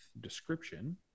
Description